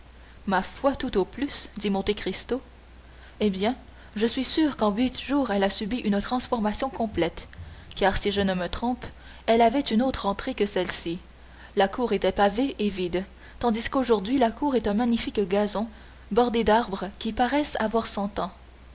ma foi tout au plus dit monte cristo eh bien je suis sûr qu'en huit jours elle a subi une transformation complète car si je ne me trompe elle avait une autre entrée que celle-ci et la cour était pavée et vide tandis qu'aujourd'hui la cour est un magnifique gazon bordé d'arbres qui paraissent avoir cent ans